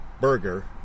burger